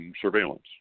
surveillance